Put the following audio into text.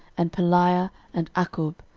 and pelaiah, and akkub,